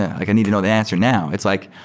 and like i need to know the answer now. it's like,